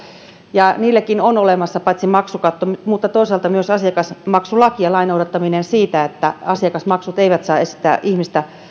ja niillekin on olemassa paitsi maksukatto myös toisaalta asiakasmaksulaki ja lain noudattaminen sen suhteen että asiakasmaksut eivät saa estää ihmistä